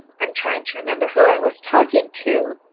i'm trying to remember who i was talking to,